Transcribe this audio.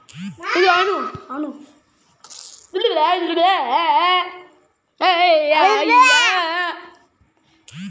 భారత ఆర్థిక వ్యవస్థపైన కరోనా వ్యాధి ప్రభావం తీవ్రస్థాయిలో ఉన్నది